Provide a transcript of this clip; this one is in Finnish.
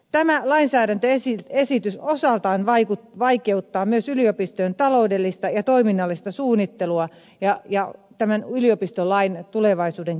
tämä lainsäädäntöesitys osaltaan vaikeuttaa myös yliopistojen taloudellista ja toiminnallista suunnittelua ja yliopistolain tulevaisuuden kehittämistä